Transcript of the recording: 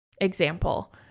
example